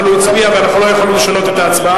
אבל הוא הצביע, ואנחנו לא יכולנו לשנות את ההצבעה.